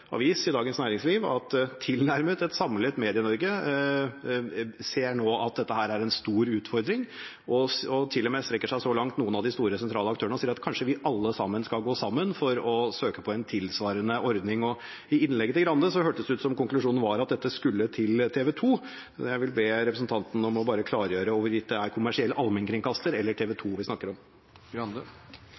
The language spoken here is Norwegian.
Dagens Næringsliv i dag at tilnærmet et samlet Medie-Norge nå ser at dette er en stor utfordring, og til og med strekker noen av de store sentrale aktørene seg så langt at kanskje skal vi alle sammen gå sammen for å søke på en tilsvarende ordning. I innlegget til Grande hørtes det ut som om konklusjonen var at dette skulle til TV 2, så jeg vil be representanten bare klargjøre hvorvidt det er kommersiell allmennkringkaster eller TV 2 vi snakker om.